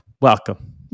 Welcome